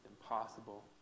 impossible